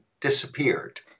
disappeared